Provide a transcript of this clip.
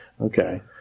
Okay